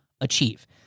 achieve